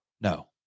No